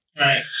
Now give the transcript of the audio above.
Right